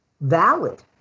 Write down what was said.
valid